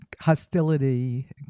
hostility